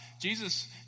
Jesus